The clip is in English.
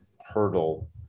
hurdle